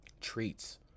treats